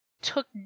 took